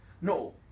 No